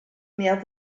mehr